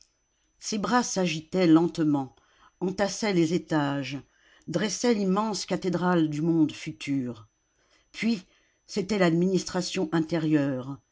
ses bras s'agitaient lentement entassaient les étages dressaient l'immense cathédrale du monde futur puis c'était l'administration intérieure